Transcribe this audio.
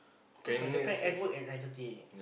cause my girlfriend end work at nine thirty